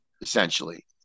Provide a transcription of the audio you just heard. essentially